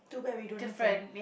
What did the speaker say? too bad we don't have the